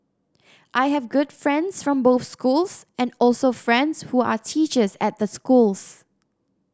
I have good friends from both schools and also friends who are teachers at the schools